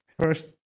first